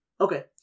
Okay